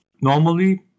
Normally